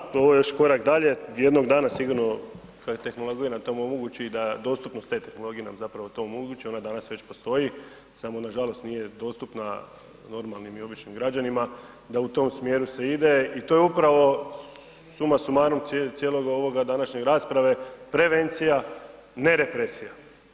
Zahvaljujem da, to je još korak dalje, jednog dana sigurno kad je tehnologija nam to omogući da dostupnost te tehnologije nam zapravo to omogući, ona danas već postoji, samo nažalost nije dostupna normalnim i običnim građanima, da u tom smjeru se ide i to je upravo suma sumarum cijelog ovoga današnje rasprave, prevencija, ne represija.